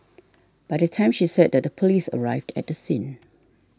by that time she said that the police arrived at the scene